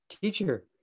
teacher